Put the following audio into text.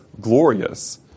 glorious